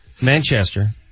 Manchester